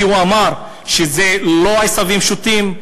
כי הוא אמר שזה לא עשבים שוטים,